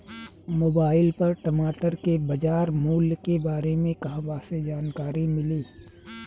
Mobile पर टमाटर के बजार मूल्य के बारे मे कहवा से जानकारी मिली?